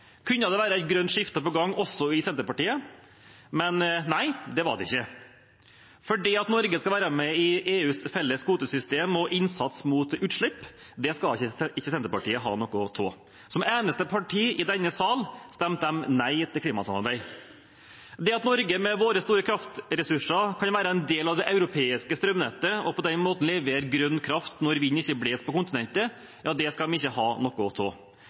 Kunne det være et grønt skifte på gang også i Senterpartiet? Nei, det var det ikke. Norge skal være med i EUs felles kvotesystem og innsats mot utslipp, og det skal ikke Senterpartiet ha noe av. Som eneste parti i denne sal stemte de nei til klimasamarbeid. Det at Norge med våre store kraftressurser kan være en del av det europeiske strømnettet og på den måten levere grønn kraft når vind ikke blåser på kontinentet, nei, det skal de ikke ha noe